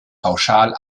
pauschal